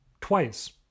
twice